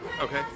Okay